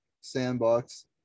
Sandbox